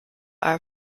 are